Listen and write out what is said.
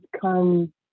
come